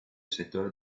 settore